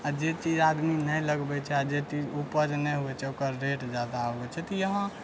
आ जे चीज आदमी नहि लगबैत छै आ जे चीज उपज नहि होइत छै ओकर रेट जादा आबैत छै तऽ यहाँ